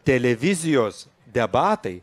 televizijos debatai